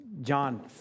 John